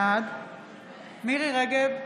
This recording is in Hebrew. בעד מירי מרים רגב,